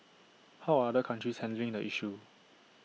how are other countries handling the issue